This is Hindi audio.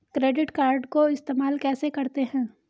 क्रेडिट कार्ड को इस्तेमाल कैसे करते हैं?